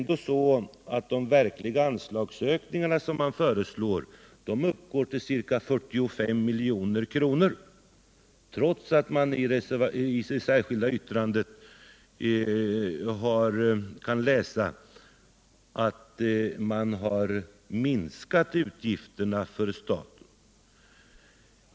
De verkliga anslagsökningar som man föreslår uppgår ändå till ca 45 milj.kr., trots att det i det särskilda yttrandet görs gällande att man minskar utgifterna för staten.